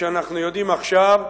שאנחנו יודעים עכשיו,